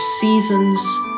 seasons